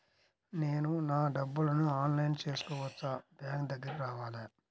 నేను నా డబ్బులను ఆన్లైన్లో చేసుకోవచ్చా? బ్యాంక్ దగ్గరకు రావాలా?